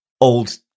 old